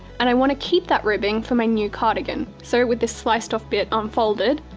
and i want to keep that ribbing for my new cardigan. so, with this sliced off bit unfolded,